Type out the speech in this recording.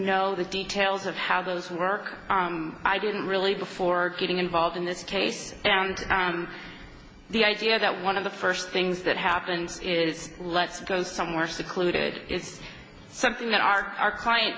know the details of how those work i didn't really before getting involved in this case and the idea that one of the first things that happens is let's go somewhere secluded is something that our our client